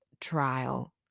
trial